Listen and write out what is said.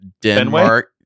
Denmark